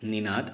Ninad